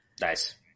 Nice